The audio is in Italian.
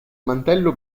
mantello